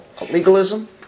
legalism